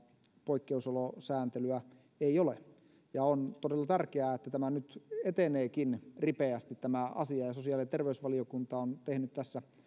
poikkeusolosääntelyä ei ole on todella tärkeää että tämä asia nyt eteneekin ripeästi ja sosiaali ja terveysvaliokunta on tehnyt tässä